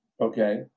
okay